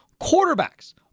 quarterbacks